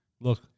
Look